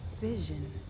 Vision